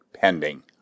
pending